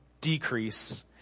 decrease